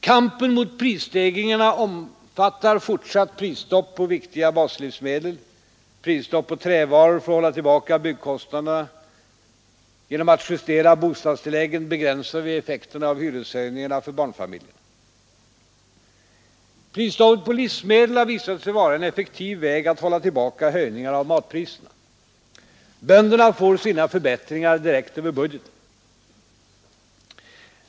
Kampen mot prisstegringarna innefattar fortsatt prisstopp på viktiga baslivsmedel och prisstopp på trävaror för att hålla tillbaka byggkostnaderna. Genom att justera bostadstilläggen begränsar vi effekterna av hyreshöjningarna för barnfamiljerna. Prisstoppet på livsmedel har visat sig vara en effektiv väg att hålla tillbaka höjningar av matpriserna. Bönderna får sina förbättringar direkt över budgeten.